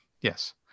yes